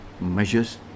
measures